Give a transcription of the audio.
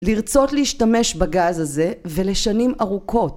לרצות להשתמש בגז הזה ולשנים ארוכות